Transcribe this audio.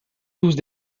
tous